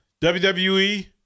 WWE